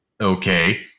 Okay